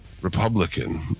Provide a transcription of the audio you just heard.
Republican